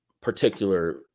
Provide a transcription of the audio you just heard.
particular